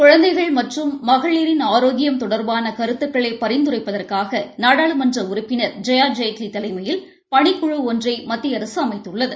குழந்தைகள் மற்றும் மகளிரின் ஆரோக்கியம் தொடர்பான கருத்துக்களை பரிந்துரைப்பதற்காக நாடாளுமன்ற உறுப்பினர் ஜெயா ஜேட்லி தலைமையில் பணிக்குழு ஒன்றை மத்திய அரசு அமைத்துள்ளது